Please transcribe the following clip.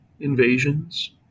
invasions